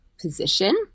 position